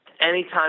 Anytime